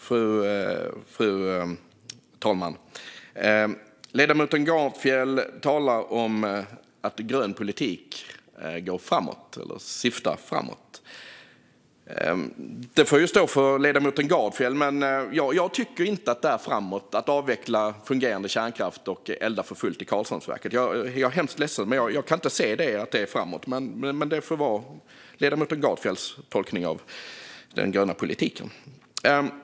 Fru talman! Ledamoten Gardfjell talar om att grön politik syftar framåt. Det får stå för ledamoten Gardfjell. Jag tycker inte att det är framåt att avveckla fungerande kärnkraft och elda för fullt i Karlshamnsverket. Jag är hemskt leden, men jag kan inte se att det är framåt. Men det får vara ledamoten Gardfjells tolkning av den gröna politiken.